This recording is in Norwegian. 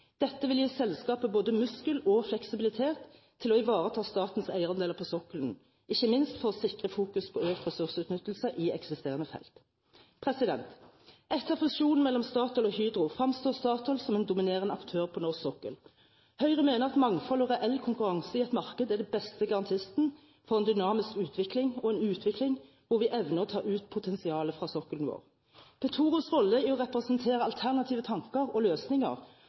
Dette vil gi selskapet både muskler og fleksibilitet til å ivareta statens eierandeler på sokkelen – ikke minst for å sikre fokus på økt ressursutnyttelse i eksisterende felt. Etter fusjonen mellom Statoil og Hydro fremstår Statoil som en dominerende aktør på norsk sokkel. Høyre mener at mangfold og reell konkurranse i et marked er de beste garantistene for en dynamisk utvikling – og en utvikling hvor vi evner å ta ut potensialet på sokkelen vår. Petoros rolle i å representere alternative tanker og løsninger